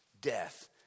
death